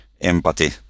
empathy